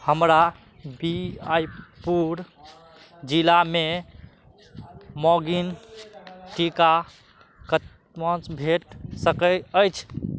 हमरा बीआइपुर जिलामे मौगिन टीका कतय भेट सकय अछि